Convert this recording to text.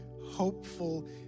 hopeful